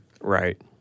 Right